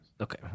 Okay